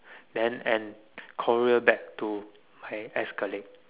then and courier back to my ex colleague